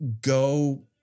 go